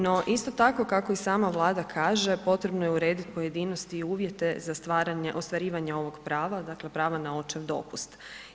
No isto tako kako i sama Vlada kaže, potrebno je urediti pojedinosti i uvjete za ostvarivanje ovog prava, dakle prava na očev dopust.